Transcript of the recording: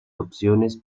opciones